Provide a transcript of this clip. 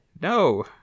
No